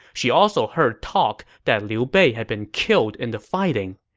she also heard talk that liu bei had been killed in the fighting.